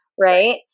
Right